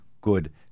good